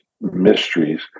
mysteries